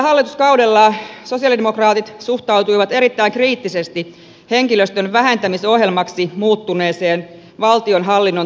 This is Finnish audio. edellisellä hallituskaudella sosialidemokraatit suhtautuivat erittäin kriittisesti henkilöstön vähentämisohjelmaksi muuttuneeseen valtionhallinnon tuottavuusohjelmaan